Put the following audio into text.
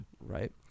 right